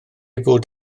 fod